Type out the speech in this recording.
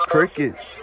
Crickets